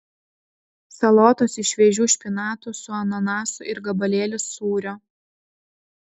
salotos iš šviežių špinatų su ananasu ir gabalėlis sūrio